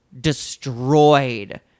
destroyed